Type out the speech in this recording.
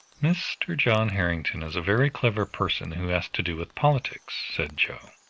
mr. john harrington is a very clever person who has to do with politics, said joe,